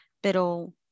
pero